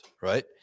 right